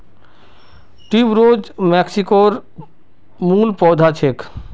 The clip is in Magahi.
ट्यूबरोज मेक्सिकोर मूल पौधा छेक